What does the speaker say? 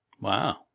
Wow